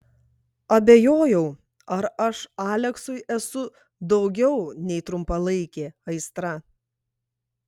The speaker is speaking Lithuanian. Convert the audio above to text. abejojau ar aš aleksui esu daugiau nei trumpalaikė aistra